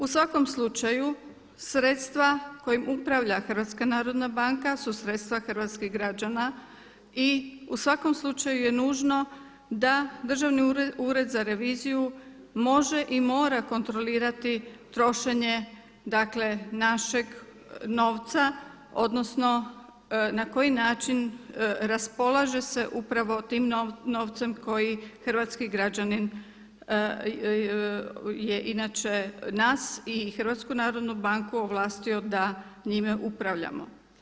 U svakom slučaju sredstva kojim upravlja HNB su sredstva hrvatskih građana i u svakom slučaju je nužno da Državni ured za reviziju može i mora kontrolirati trošenje, dakle našeg novca, odnosno na koji način raspolaže se upravo tim novcem koji hrvatski građanin je inače nas i HNB ovlastio da njime upravljamo.